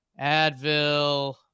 Advil